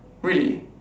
really